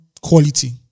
quality